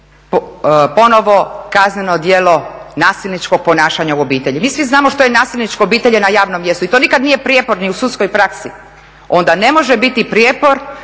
ponovo kazneno djelo nasilničko ponašanje u obitelji. Mi svi znamo što je nasilničko, u obitelji na javnom mjestu, i to nikada nije prijeporno i u sudskoj praksi, onda ne može biti prijepor